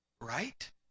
Right